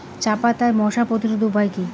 চাপাতায় মশা প্রতিরোধের উপায় কি?